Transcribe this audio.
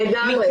לגמרי.